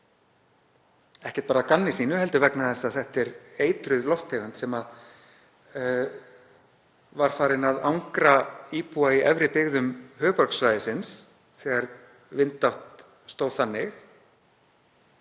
ekki að gamni sínu heldur vegna þess að það er eitruð lofttegund sem var farin að angra íbúa í efri byggðum höfuðborgarsvæðisins þegar vindátt stóð þannig.